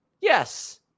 Yes